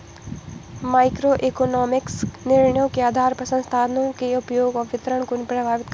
microeconomics निर्णयों के आधार पर संसाधनों के उपयोग और वितरण को प्रभावित करता है